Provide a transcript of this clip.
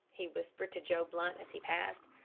he whispered to joe blunt as he passed,